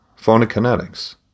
Phonokinetics